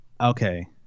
Okay